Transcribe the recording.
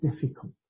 difficult